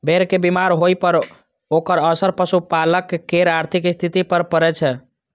भेड़ के बीमार होइ पर ओकर असर पशुपालक केर आर्थिक स्थिति पर पड़ै छै